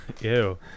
Ew